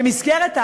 במסגרת,